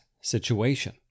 situation